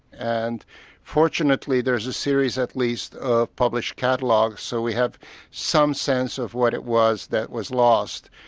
and fortunately there's a series at least of published catalogues, so we have some sense of what it was that was lost.